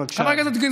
בבקשה.